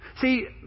See